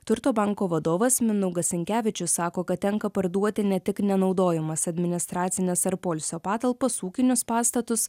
turto banko vadovas mindaugas sinkevičius sako kad tenka parduoti ne tik nenaudojamas administracines ar poilsio patalpas ūkinius pastatus